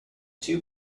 two